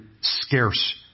scarce